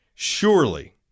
surely